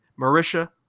Marisha